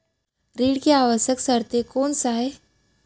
ऋण के आवश्यक शर्तें कोस आय?